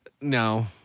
no